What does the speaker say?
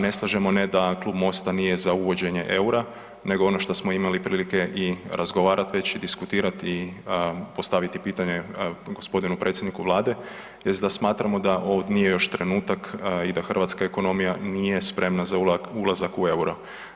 Ne slažemo, ne da Klub Mosta nije za uvođenje eura, nego ono što smo imali prilike i razgovarati već i diskutirati, postaviti pitanje gospodinu predsjedniku Vlade jest da smatramo dao ovo nije još trenutak i da hrvatska ekonomija nije spremna za ulazak u euro.